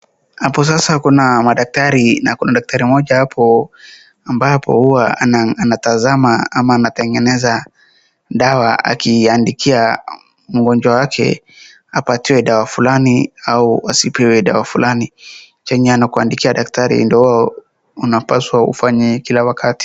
Kuna madkatari na kuna daktari mmoja hapo ambapo huwa anatazama ama anatengeneza dawa akiandikia mgonjwa wake apatiwe dawa fulani ama asipewe dawa fualni. Chenye anakuandikia daktari ndio unapaswa ufanye kila wakati.